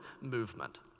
movement